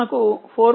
మనకు 4